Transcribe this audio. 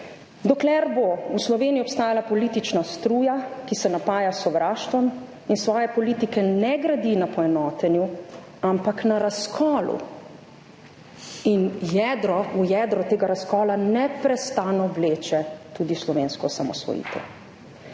dokler bo v Sloveniji obstajala politična struja, ki se napaja s sovraštvom in svoje politike ne gradi na poenotenju, ampak na razkolu in v jedro tega razkola neprestano vleče tudi slovensko osamosvojitev.